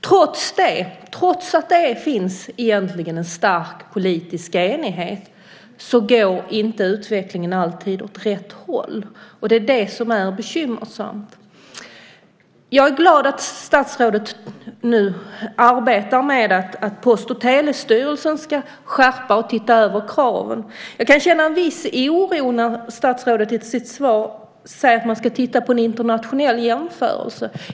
Trots det och trots att det egentligen finns en stark politisk enighet går utvecklingen inte alltid åt rätt håll. Detta är bekymmersamt. Jag är glad över att statsrådet nu arbetar med att Post och telestyrelsen ska skärpa och se över kraven. Men jag kan känna en viss oro när statsrådet i sitt svar säger att man ska titta på en internationell jämförelse.